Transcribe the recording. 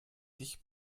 dich